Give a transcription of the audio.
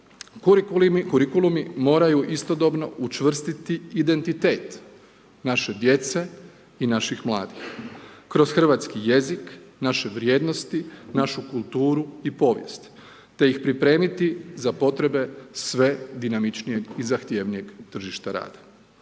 Kurikulumi moraju istodobno učvrstiti identitet naše djece i naših mladih kroz hrvatski jezik naše vrijednosti, našu kulturu i povijest te ih pripremiti za potrebe sve dinamičnijeg i zahtjevnijeg tržišta rada.